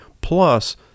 plus